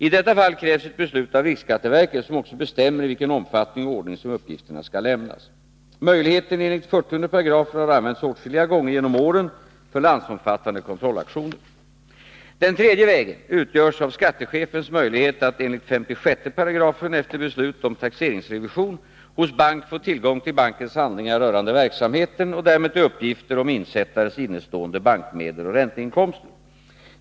I detta fall krävs ett beslut av riksskatteverket, som också bestämmer i vilken omfattning och ordning som uppgifterna skall lämnas. Möjligheten enligt 40 § har använts åtskilliga gånger genom åren för landsomfattande kontrollaktioner. Den tredje vägen utgörs av skattechefens möjlighet att enligt 56 § efter beslut om taxeringsrevision hos bank få tillgång till bankens handlingar rörande verksamheten och därmed till uppgifter om insättares innestående bankmedel och ränteinkomster.